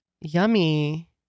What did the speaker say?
Yummy